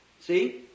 See